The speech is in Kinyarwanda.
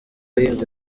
yindi